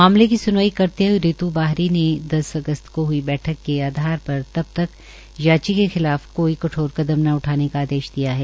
मामले की सुनवाई करते हए रित् बाहरी ने दस अगस्त को हई बैठक के आधार पर तब तक याची के खिलाफ कोई कठोर कदम न उठाने का आदेश दिया है